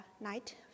night